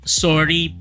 sorry